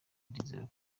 ndizera